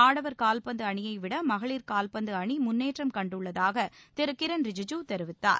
ஆடவர் கால்பந்து அணியை விட மகளிர் கால்பந்து அணி முன்னேற்றம் கண்டுள்ளதாக திரு கிரண் ரிஜிஜா தெரிவித்தார்